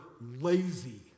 lazy